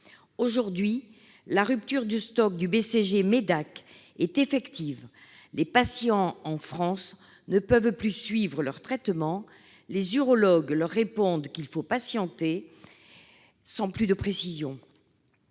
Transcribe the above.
Aujourd'hui, la rupture de stock du BCG-medac est effective. En France, les patients ne peuvent plus suivre leur traitement. Les urologues leur répondent qu'il faut patienter sans leur donner plus de précisions.